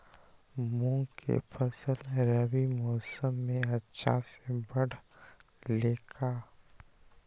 मूंग के फसल रबी मौसम में अच्छा से बढ़ ले का?